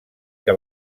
que